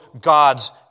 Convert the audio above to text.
God's